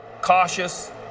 cautious